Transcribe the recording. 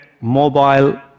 mobile